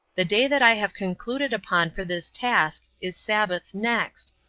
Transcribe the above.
the day that i have concluded upon for this task is sabbath next,